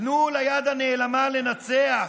תנו ליד הנעלמה לנצח,